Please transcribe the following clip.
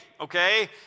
okay